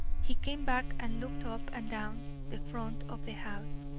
he came back and looked up and down the front of the house.